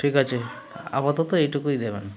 ঠিক আছে আপাতত এটুকুই দেবেন